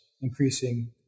increasing